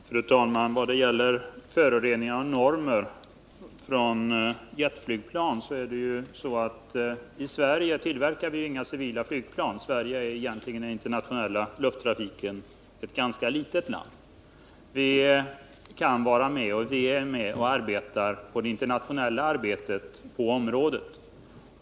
Fru talman! Vad gäller normer om föroreningar från jetflygplan är det så att Onsdagen den vi i Sverige inte tillverkar några civila flygplan. I den internationella 28 november 1979 lufttrafiken är Sverige egentligen ett ganska litet land, som kan delta, och också deltar, i det internationella arbetet på området.